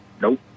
nope